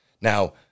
Now